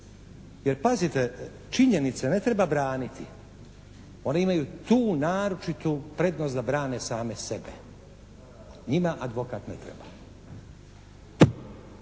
Jer pazite činjenice ne treba braniti. One imaju tu naročitu prednost da brane same sebe. Njima advokat ne treba.